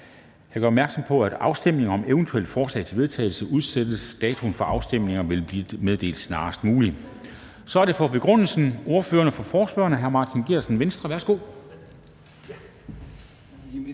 Jeg gør opmærksom på, at afstemning om eventuelle forslag til vedtagelse udsættes. Datoen for afstemning vil blive meddelt snarest muligt. For en begrundelse af forespørgslen er det ordføreren for forespørgerne, hr. Martin Geertsen, Venstre. Værsgo.